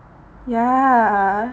ya